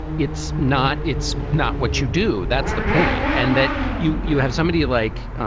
it's not it's not what you do. that's the point. and that you you have somebody like,